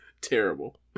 terrible